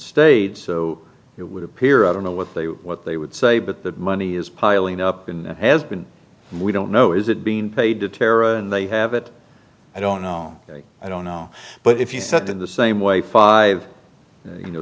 studied so it would appear other know what they what they would say but that money is piling up and has been we don't know is it being paid to tara and they have it i don't know i don't know but if you said in the same way five you know